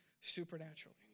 supernaturally